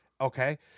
Okay